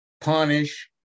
punish